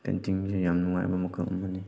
ꯄꯦꯟꯇꯤꯡꯁꯦ ꯌꯥꯝ ꯅꯨꯡꯉꯥꯏꯕ ꯃꯈꯜ ꯑꯃꯅꯤ